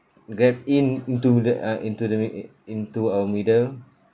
grabbed in into the uh into the m~ into our middle